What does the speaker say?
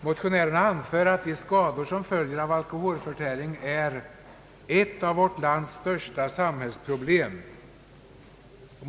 Motionärerna anför att de skador som följer av alkoholförtäring är »ett av vårt lands största samhällsproblem».